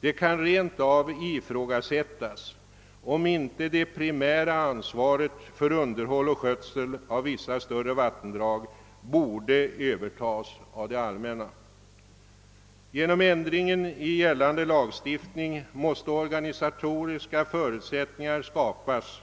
Det kan rent av ifrågasättas om inte det primära ansvaret för underhåll och skötsel av vissa vattendrag borde övertas av det allmänna. Genom ändringen i gällande lagstiftning måste organisatoriska förutsättningar skapas